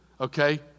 Okay